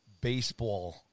baseball